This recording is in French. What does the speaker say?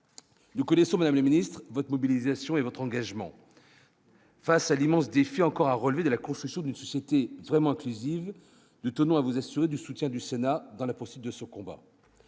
nous connaissons, Madame la Ministre votre mobilisation et votre engagement. Face à l'immense défi encore à relever de la construction d'une société vraiment teasing de Thonon à vous assurer du soutien du Sénat dans la poursuite de ce combat,